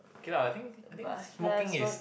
okay lah I think I think smoking is